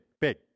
big